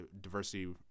diversity